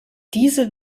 diese